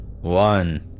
One